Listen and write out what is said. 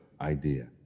idea